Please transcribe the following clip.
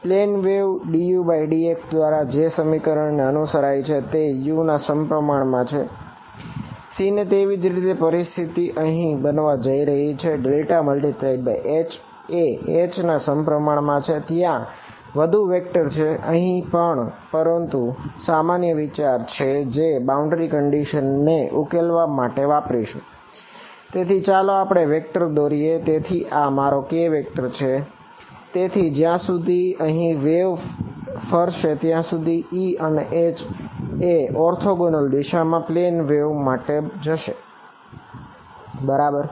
plane wave dudx દ્વારા જે સમીકરણ ને અનુસરાય છે તે u ના સમપ્રમાણ માં છે સીને તેવી જ પરિસ્થિતિ અહીં બનવા જઈ રહી છે કે ∇×H એ H ના સમપ્રમાણ માં છે ત્યાં વધુ વેક્ટર માટે જશે બરાબર